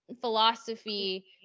philosophy